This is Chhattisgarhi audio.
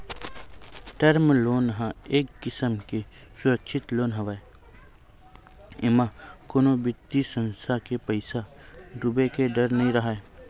टर्म लोन ह एक किसम के सुरक्छित लोन हरय एमा कोनो बित्तीय संस्था के पइसा डूबे के डर नइ राहय